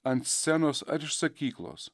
ant scenos ar iš sakyklos